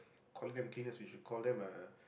calling them cleaners we should call them uh